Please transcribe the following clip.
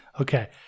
okay